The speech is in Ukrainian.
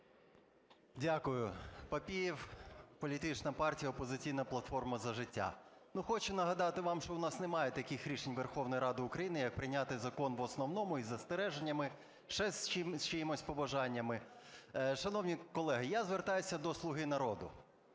Дякую. Папієв, політична партія "Опозиційна платформа - За життя". Хочу нагадати вам, що в нас немає таких рішень Верховної Ради України, як прийняти закон в основному, із застереженнями, ще з чиїмось побажаннями. Шановні колеги, я звертаюся до "Слуги народу".